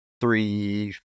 three